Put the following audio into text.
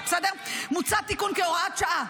מוצע תיקון כהוראת שעה.